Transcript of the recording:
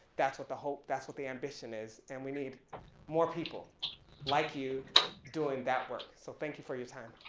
that's what the hope, that's what the ambition is and we need more people like you doing that work. so, thank you for your time.